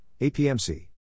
APMC